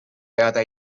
ajada